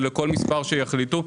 או לכל מספר שיחליטו,